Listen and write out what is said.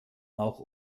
auch